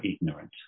ignorant